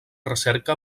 recerca